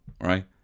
right